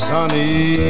Sunny